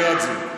ליד זה.